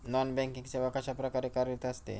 Non banking सेवा कशाप्रकारे कार्यरत असते?